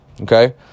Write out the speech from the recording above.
Okay